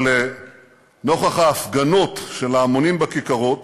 אבל נוכח ההפגנות של ההמונים בכיכרות